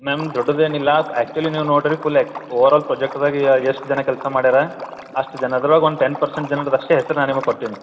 ma'am ದೊಡ್ಡದೇನಿಲ್ಲ actually ನೀವು ನೋಡಿರಿ ಫುಲ್ ಓವರಾಲ್ ಪ್ರೊಜೆಕ್ಟ್ದಾಗ ಎಷ್ಟು ಜನ ಕೆಲಸ ಮಾಡ್ಯಾರ ಅಷ್ಟು ಜನದ್ರಾಗ ಒಂದು ಟೆನ್ ಪರ್ಸೆಂಟ್ ಜನ್ರದ್ದು ಅಷ್ಟೇ ಹೆಸ್ರು ನಾನು ನಿಮಗೆ ಕೊಟ್ಟೀನಿ